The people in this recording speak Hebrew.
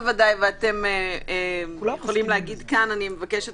ואתם יכולים להגיד כאן: אני מבקשת